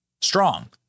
strong